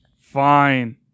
Fine